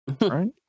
Right